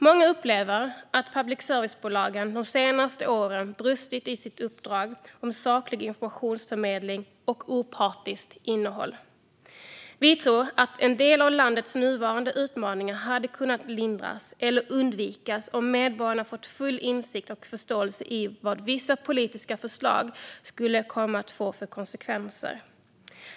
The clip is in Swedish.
Många upplever att public service-bolagen de senaste åren brustit i sitt uppdrag om saklig informationsförmedling och opartiskt innehåll. Vi tror att en del av landets nuvarande utmaningar hade kunnat lindras eller undvikas om medborgarna fått full insikt i och förståelse för vad vissa politiska förslag skulle komma att få för konsekvenser.